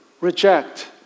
reject